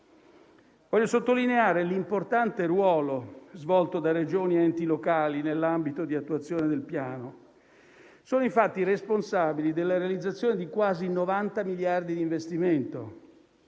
Voglio sottolineare l'importante ruolo svolto da Regioni ed enti locali nell'ambito di attuazione del Piano. Sono, infatti, responsabili della realizzazione di quasi 90 miliardi di investimento,